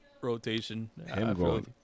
rotation